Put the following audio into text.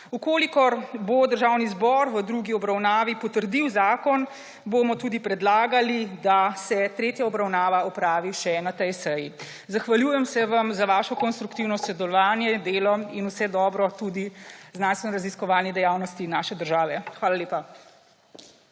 Če bo Državni zbor v drugi obravnavi potrdil zakon, bomo predlagali, da se tretja obravnava opravi še na tej seji. Zahvaljujem se vam za vašo konstruktivno sodelovanje, delo in vse dobro tudi znanstvenoraziskovalni dejavnosti naše države. Hvala lepa.